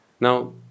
Now